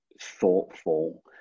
thoughtful